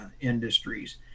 industries